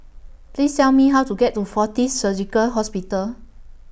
Please Tell Me How to get to Fortis Surgical Hospital